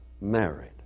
married